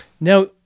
Now